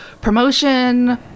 promotion